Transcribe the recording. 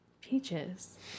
Peaches